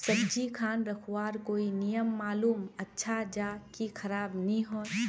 सब्जी खान रखवार कोई नियम मालूम अच्छा ज की खराब नि होय?